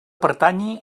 pertanyi